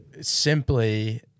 simply